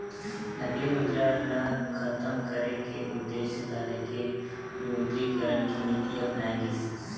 नकली मुद्रा ल खतम करे के उद्देश्य ल लेके विमुद्रीकरन के नीति अपनाए गिस